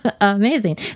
Amazing